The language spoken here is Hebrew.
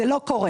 זה לא קורה.